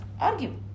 argue